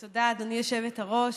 תודה, גברתי היושבת-ראש.